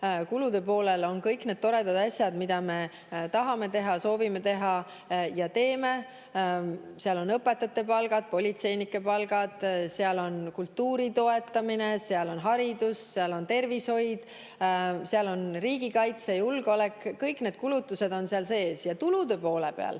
Kulude poolel on kõik need toredad asjad, mida me tahame teha, soovime teha ja teeme. Seal on õpetajate palgad, politseinike palgad, seal on kultuuri toetamine, seal on haridus, seal on tervishoid, seal on riigikaitse ja julgeolek – kõik need kulutused on seal sees. Ja tulude poole peal